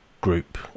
group